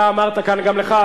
גם לך,